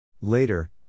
Later